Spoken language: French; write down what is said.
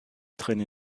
traîné